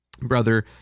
Brother